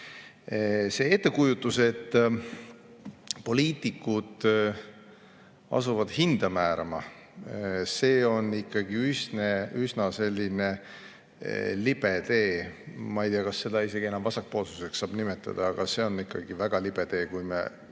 See ettekujutus, et poliitikud asuvad hinda määrama – see on ikkagi üsna libe tee. Ma ei tea, kas seda isegi enam vasakpoolsuseks saab nimetada, aga see on ikka väga libe tee, kui me kehtestame